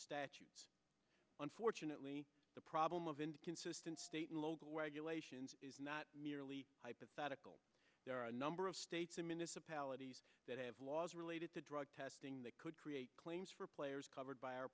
statutes unfortunately the problem of india consistent state and local where you lay sions is not merely hypothetical there are a number of states and municipalities that have laws related to drug testing that could create claims for players covered by our